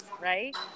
right